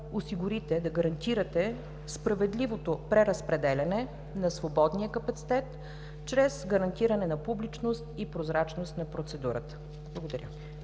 да гарантирате справедливото преразпределяне на свободния капацитет чрез гарантиране на публичност и прозрачност на процедурата? Благодаря